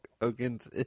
Hogan's